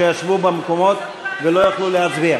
שישבו במקומות ולא יכלו להצביע.